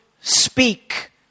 speak